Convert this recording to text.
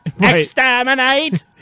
Exterminate